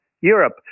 Europe